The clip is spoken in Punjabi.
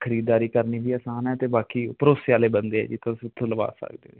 ਖਰੀਦਦਾਰੀ ਕਰਨੀ ਵੀ ਆਸਾਨ ਹੈ ਅਤੇ ਬਾਕੀ ਭਰੋਸੇ ਵਾਲੇ ਬੰਦੇ ਆ ਜੀ ਤੁਸੀਂ ਉੱਥੋਂ ਲਗਵਾ ਸਕਦੇ ਹੋ ਜੀ